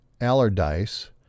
Allardyce